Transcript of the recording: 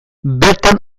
bertan